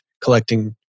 collecting